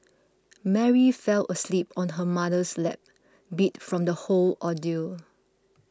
Mary fell asleep on her mother's lap beat from the whole ordeal